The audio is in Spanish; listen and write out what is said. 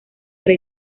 rey